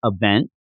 event